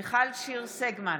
מיכל שיר סגמן,